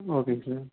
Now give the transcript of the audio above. ஓகேங்க சார்